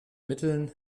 mitteln